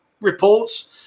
reports